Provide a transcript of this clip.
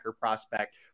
prospect